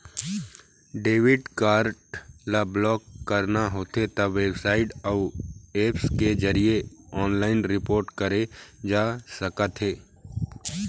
debit card ल block कराना होथे त बेबसाइट अउ ऐप्स के जरिए ऑनलाइन रिपोर्ट करे जा सकथे